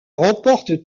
remportent